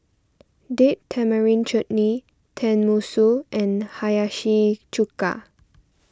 Date Tamarind Chutney Tenmusu and Hiyashi Chuka